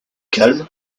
calme